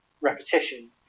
repetition